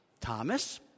Thomas